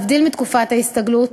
להבדיל מתקופת ההסתגלות,